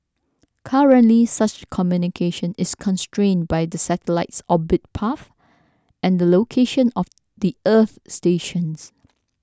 currently such communication is constrained by the satellite's orbit path and the location of the earth stations